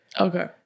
Okay